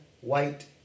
white